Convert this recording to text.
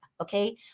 okay